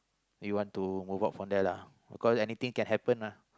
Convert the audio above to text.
we want to move out from there lah cause anything get happen mah